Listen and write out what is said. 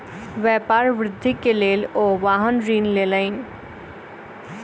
व्यापार वृद्धि के लेल ओ वाहन ऋण लेलैन